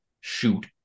shoot